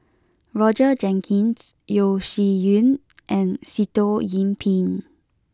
Roger Jenkins Yeo Shih Yun and Sitoh Yih Pin